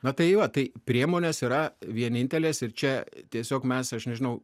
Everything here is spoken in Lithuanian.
na tai va tai priemonės yra vienintelės ir čia tiesiog mes aš nežinau